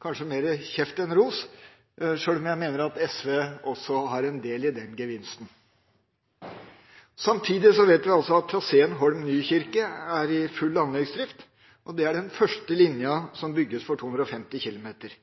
kanskje får mer kjeft enn ros – sjøl om jeg mener at SV også har en del i den gevinsten. Samtidig vet vi at traseen Holm–Nykirke er i full anleggsdrift. Det er den første linja som bygges for 250